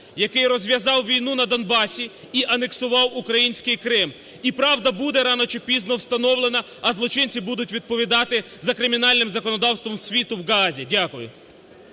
який розв'язав війну на Донбасі і анексував український Крим. І правда буде рано чи пізно встановлена, а злочинці будуть відповідати за кримінальним законодавством світу в Гаазі. Дякую.